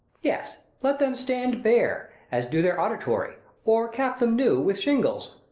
yes. let them stand bare, as do their auditory or cap them, new, with shingles.